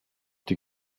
die